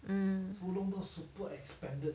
mm